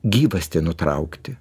gyvastį nutraukti